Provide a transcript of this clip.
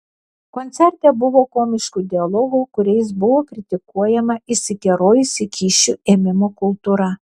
koncerte buvo komiškų dialogų kuriais buvo kritikuojama išsikerojusi kyšių ėmimo kultūra